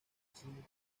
sin